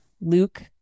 Luke